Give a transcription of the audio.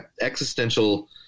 existential